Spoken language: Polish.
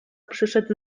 przyszedł